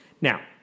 Now